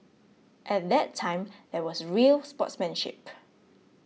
at that time there was real sportsmanship